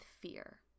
fear